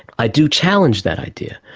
i do challenge that idea.